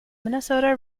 minnesota